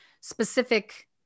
specific